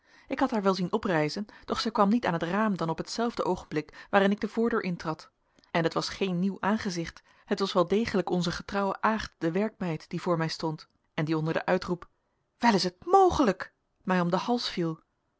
ik had haar wel zien oprijzen doch zij kwam niet aan het raam dan op hetzelfde oogenblik waarin ik de voordeur intrad en het was geen nieuw aangezicht het was wel degelijk onze getrouwe aagt de werkmeid die voor mij stond en die onder den uitroep wel is het mogelijk mij om den hals viel